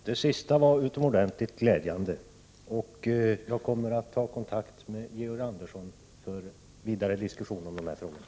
Herr talman! Det sista statsrådet sade var utomordentligt glädjande. Jag kommer att ta kontakt med Georg Andersson för vidare diskussion om dessa frågor.